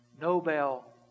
Nobel